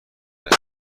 خلیج